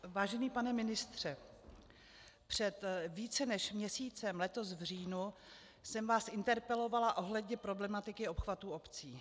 Vážený pane ministře, před více než měsícem, letos v říjnu, jsem vás interpelovala ohledně problematiky obchvatu obcí.